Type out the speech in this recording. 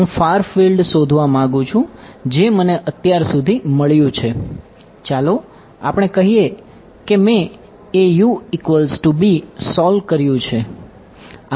હવે હું far field શોધવા માંગુ છું જે મને અત્યાર સુધી મળ્યું છે ચાલો આપણે કહીએ કે મેં સોલ્વ કર્યું છે